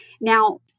Now